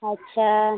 अच्छा